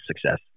success